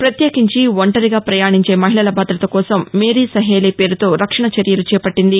ప్రత్యేకించి ఒంటరిగా ప్రయాణించే మహిళల భద్రత కోసం మేరీ సహేలీ పేరుతో రక్షణ చర్యలు చేపట్లింది